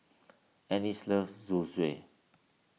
Annis loves Zosui